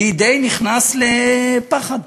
אני די נכנס לפחד.